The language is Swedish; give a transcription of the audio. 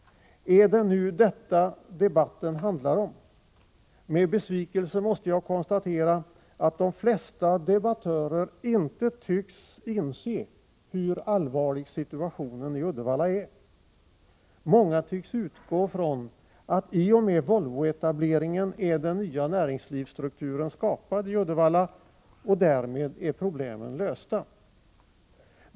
Är det nu detta som debatten handlar om? Med besvikelse måste jag konstatera att de flesta debattörer inte tycks inse hur allvarlig situationen i Uddevalla är. Många tycks utgå från att i och med Volvo-etableringen är den nya näringslivsstrukturen skapad i Uddevalla och att problemen därmed är lösta.